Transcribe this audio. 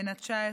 בן 19,